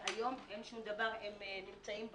והיום אין שום דבר, הם נמצאים ברחובות.